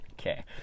Okay